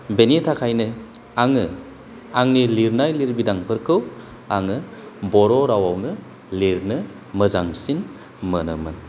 बेनि थाखायनो आङो आंनि लिरनाय लिरबिदांफोरखौ आङो बर' रावआवनो लिरनो मोजांसिन मोनोमोन